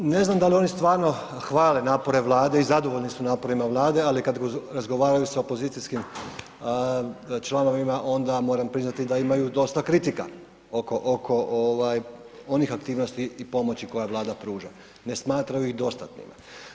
Ne znam da li oni stvarno hvale napore Vlade i zadovoljni su naporima Vlade ali kada razgovaraju sa opozicijskim članovima onda moram priznati da imaju dosta kritika oko onih aktivnosti i pomoći koje Vlada pruža, ne smatraju ih dostatnima.